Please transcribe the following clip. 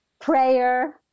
prayer